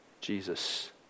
Jesus